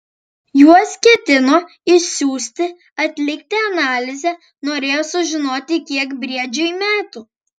juos ketino išsiųsti atlikti analizę norėjo sužinoti kiek briedžiui metų